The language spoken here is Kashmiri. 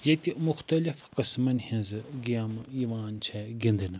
ییٚتہِ مُختَلِف قٕسمَن ہنٛزٕ گیمہٕ یِوان چھ گِنٛدنہٕ